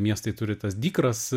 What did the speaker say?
miestai turi tas dykras